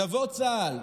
יבוא צה"ל,